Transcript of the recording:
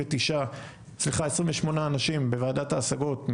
28 אנשים בוועדת ההשגות,